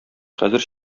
хәзер